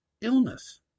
illness